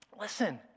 listen